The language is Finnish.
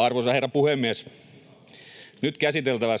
Arvoisa herra puhemies! Nyt käsiteltävän